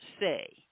say